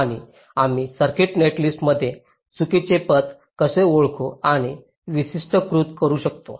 आणि आम्ही सर्किट नेटलिस्टमध्ये चुकीचे पथ कसे ओळखू आणि वैशिष्ट्यीकृत करू शकतो